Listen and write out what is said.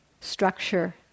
structure